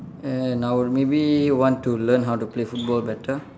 and I'll maybe want to learn how to play football better